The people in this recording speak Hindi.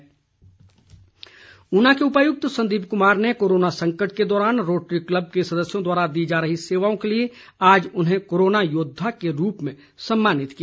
डीसी ऊना ऊना के उपायुक्त संदीप कुमार ने कोरोना संकट के दौरान रोटरी क्लब के सदस्यों द्वारा दी जा रही सेवाओं के लिए आज उन्हें कोरोना योद्वा के रूप में सम्मानित किया